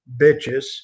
bitches